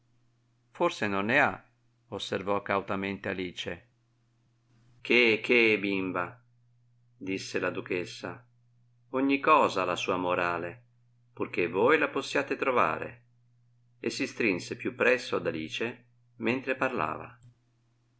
forse non ne ha osservò cautamente alice che che bimba disse la duchessa ogni cosa ha la sua morale purchè voi la possiate trovare e si strinse più presso ad alice mentre parlava